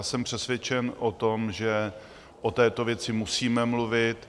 Jsem přesvědčen o tom, že o této věci musíme mluvit.